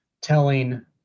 telling